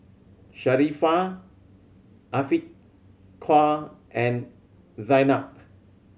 Sharifah Afiqah and Zaynab